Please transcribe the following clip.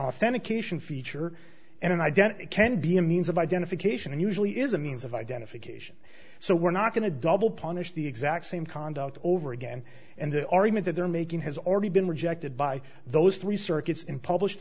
authentication feature and an identity can be a means of identification and usually is a means of identification so we're not going to double punish the exact same conduct over again and the argument that they're making has already been rejected by those three circuits in published